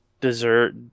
dessert